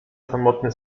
samotny